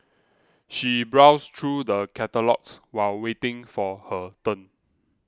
she browsed through the catalogues while waiting for her turn